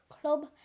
Club